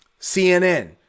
CNN